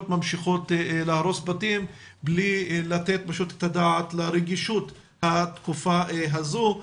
ממשיכות להרוס בתים בלי לתת את הדעת לרגישות התקופה הזאת.